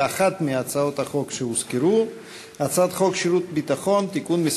הצעת חוק מס ערך מוסף (תיקון,